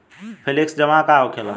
Flexi जमा का होखेला?